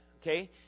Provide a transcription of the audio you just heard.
Okay